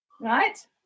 right